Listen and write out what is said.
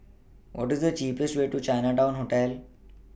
What IS The cheapest Way to Chinatown Hotel